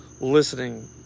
listening